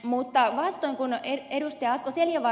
mutta vastoin kuin ed